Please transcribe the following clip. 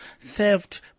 theft